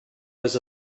was